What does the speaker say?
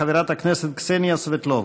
חברת הכנסת קסניה סבטלובה.